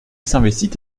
s’investit